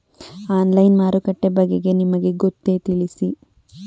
Online ಮಾರುಕಟ್ಟೆ ಬಗೆಗೆ ನಿಮಗೆ ಗೊತ್ತೇ? ತಿಳಿಸಿ?